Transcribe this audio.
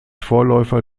vorläufer